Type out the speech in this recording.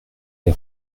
les